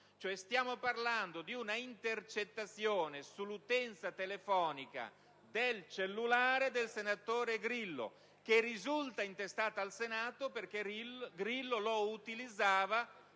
Stiamo parlando, cioè, di un'intercettazione sull'utenza telefonica del cellulare del senatore Grillo, che risulta intestato al Senato perché Grillo lo utilizzava